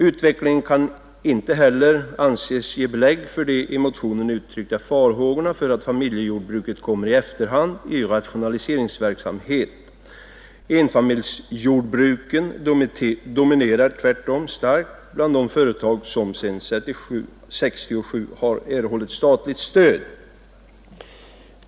Utvecklingen kan inte heller anses ge belägg för de i motionerna uttryckta farhågorna för att familjejordbruket kommer i efterhand i rationaliseringsverksamheten. Enfamiljsjordbruken dominerar tvärtom starkt bland de företag som sedan 1967 erhållit statligt stöd.